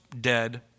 dead